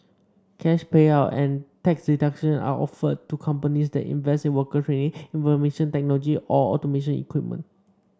cash payout and tax deduction are offered to companies that invest in worker training information technology or automation equipment